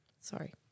Sorry